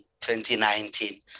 2019